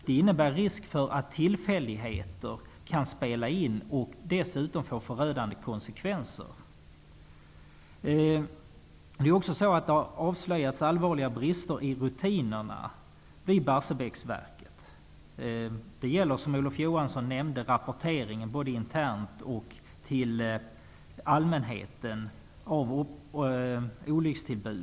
Det innebär risk för att tillfälligheter kan spela in och dessutom få förödande konsekvenser. Det har avslöjats allvarliga brister i rutinerna vid Barsebäcksverket. Det gäller, som Olof Johansson nämnde, rapporteringen om olyckstillbudet -- både internt och till allmänheten.